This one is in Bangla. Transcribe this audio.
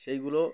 সেইগুলো